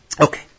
Okay